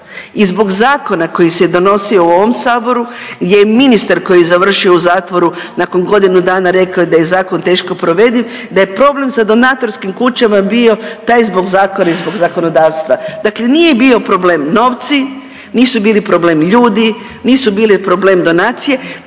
i zbog zakona koji se donosio u ovom Saboru gdje je ministar koji je završio u zatvoru nakon godinu dana rekao da je zakon teško provediv da je problem sa donatorskim kućama bio taj zbog zakona i zakonodavstva. Dakle, nije bio problem novci, nisu bili problemi ljudi, nisu bili problem donacije,